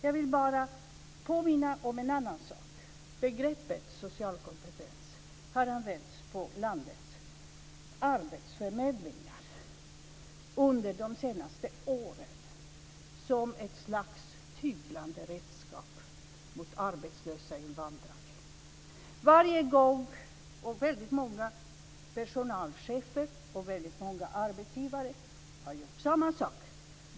Jag vill bara påminna om en annan sak. Begreppet social kompetens har använts på landets arbetsförmedlingar under de senaste åren som ett slags tyglanderedskap mot arbetslösa invandrare. Väldigt många personalchefer och väldigt många arbetsgivare har gjort samma sak.